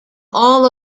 all